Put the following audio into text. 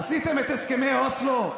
עשיתם את הסכמי אוסלו,